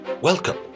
Welcome